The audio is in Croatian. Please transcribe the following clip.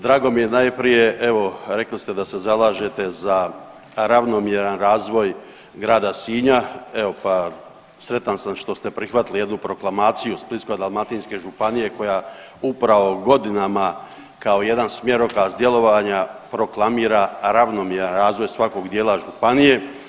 Drago mi je najprije, evo rekli ste da se zalažete za ravnomjeran razvoj grada Sinja, evo pa sretan sam što ste prihvatili jednu proklamaciju Splitsko-dalmatinske županije koja upravo godinama kao jedan smjerokaz djelovanja proklamira ravnomjeran razvoj svakog djela županije.